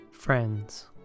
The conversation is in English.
Friends